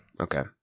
Okay